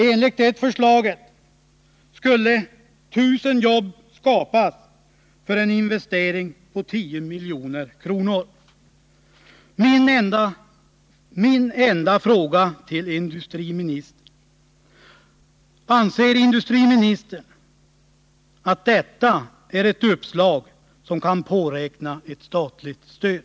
Enligt det förslaget skulle 1000 jobb skapas för en investering på 10 milj.kr. Min enda fråga till industriministern är: Anser industriministern att detta är ett uppslag som kan påräkna ett statligt stöd?